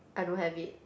I don't have it